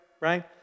right